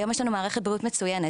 היום יש לנו מערכת בריאות מצוינת,